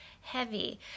heavy